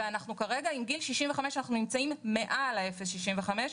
כרגע עם גיל 65 אנחנו נמצאים מעל ה-0.65%.